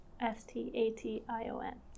S-T-A-T-I-O-N